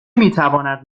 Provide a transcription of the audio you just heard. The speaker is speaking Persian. میتواند